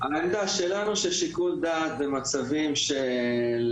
העמדה שלנו, ששיקול דעת במצבים של